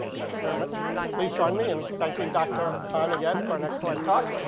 thank you very much. please join me in thanking dr. han again for an excellent talk.